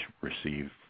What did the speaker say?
receive